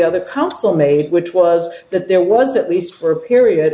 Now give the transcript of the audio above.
made which was that there was at least for a period